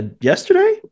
yesterday